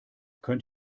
könnt